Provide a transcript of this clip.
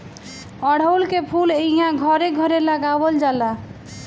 अढ़उल के फूल इहां घरे घरे लगावल जाला